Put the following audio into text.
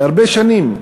להרבה שנים.